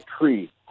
tree